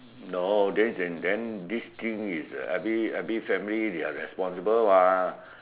no this thing is every family they're responsible what